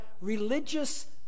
religious